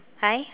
hi